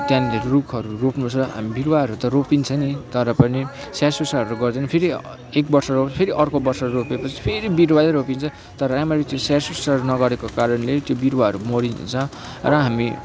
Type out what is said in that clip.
त्यहाँनिर रुखहरू रोप्नुपर्छ हामी बिरुवाहरू त रोपिन्छ नै तर पनि स्याहारसुसारहरू गरिदिनु फेरि एक वर्ष रोप्यो फेरि अर्को वर्ष रोप्यो पछि फेरि बिरूवै रोपिन्छ तर रामरी त्यो स्याहारसुसार नगरेको कारणले त्यो बिरुवाहरू मरिन्छ र हामी